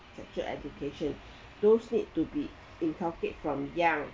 sexual education those need to be inculcate from young